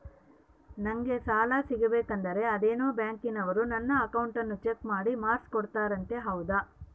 ನಂಗೆ ಸಾಲ ಸಿಗಬೇಕಂದರ ಅದೇನೋ ಬ್ಯಾಂಕನವರು ನನ್ನ ಅಕೌಂಟನ್ನ ಚೆಕ್ ಮಾಡಿ ಮಾರ್ಕ್ಸ್ ಕೊಡ್ತಾರಂತೆ ಹೌದಾ?